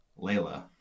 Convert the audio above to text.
Layla